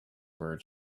word